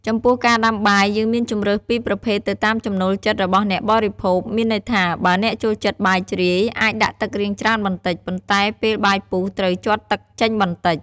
ចំពោះការដាំបាយ យើងមានជម្រើសពីរប្រភេទទៅតាមចំណូលចិត្តរបស់អ្នកបរិភោគ មានន័យថា បើអ្នកចូលចិត្តបាយជ្រាយ អាចដាក់ទឹករាងច្រើនបន្តិច ប៉ុន្តែពេលបាយពុះត្រូវជាត់ទឹកចេញបន្តិច។